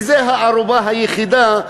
וזו הערובה היחידה,